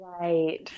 Right